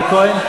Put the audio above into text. תודה לשר כהן.